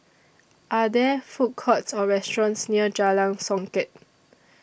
Are There Food Courts Or restaurants near Jalan Songket